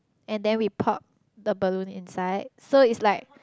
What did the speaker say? and then we pop the balloon inside it's like